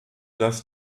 das